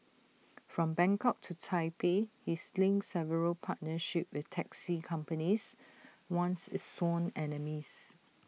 from Bangkok to Taipei he's link several partnerships with taxi companies once its sworn enemies